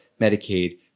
Medicaid